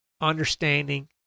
understanding